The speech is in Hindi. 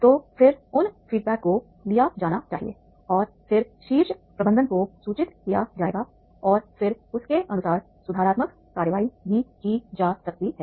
तो फिर उन फीडबैक को लिया जाना चाहिए और फिर शीर्ष प्रबंधन को सूचित किया जाएगा और फिर उसके अनुसार सुधारात्मक कार्रवाई भी की जा सकती है